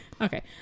Okay